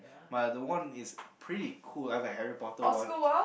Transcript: my other one is pretty cool like the Harry-Potter one